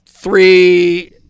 Three